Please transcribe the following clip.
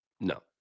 No